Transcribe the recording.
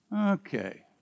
Okay